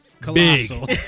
Colossal